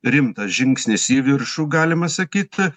rimtas žingsnis į viršų galima sakyt